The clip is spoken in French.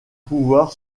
pouvoir